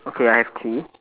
okay I have three